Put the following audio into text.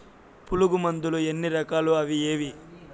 పులుగు మందులు ఎన్ని రకాలు అవి ఏవి?